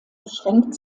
beschränkt